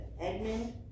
Edmund